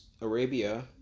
Arabia